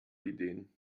ideen